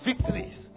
victories